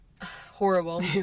horrible